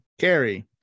carrie